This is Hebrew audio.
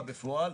--- בפועל,